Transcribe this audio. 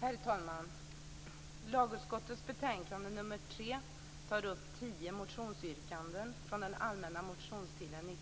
Herr talman! Lagutskottets betänkande 3 tar upp tio motionsyrkanden från den allmänna motionstiden